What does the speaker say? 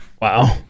Wow